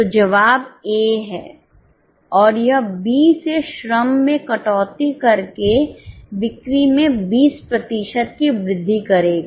तो जवाब ए है और यह बी से श्रम में कटौती करके बिक्री में 20 प्रतिशत की वृद्धि करेगा